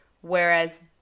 whereas